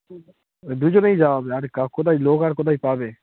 দুজনেই যাওয়া হবে আরে ক কোথায় লোক আর কোথায় পাবে